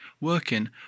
working